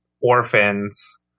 orphans